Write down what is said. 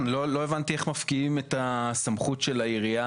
כן, לא הבנתי איך מפקיעים את הסמכות של העירייה?